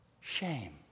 Shame